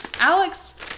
Alex